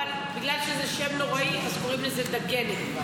אבל בגלל שזה שם נוראי אז קוראים לזה כבר דגנת.